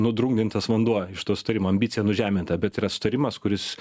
nudrungintas vanduo iš tos turim ambiciją nužemint tą bet yra sutarimas kuris